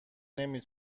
نمی